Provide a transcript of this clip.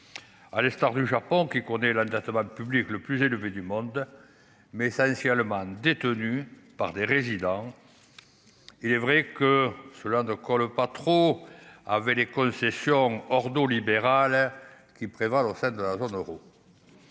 à l'instar du Japon qui connaît la date public le plus élevé du monde, mais essentiellement détenu par des résidents, il est vrai que cela ne colle pas trop avec les concessions hors libérale qui prévalent au sein de la zone Euro,